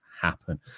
happen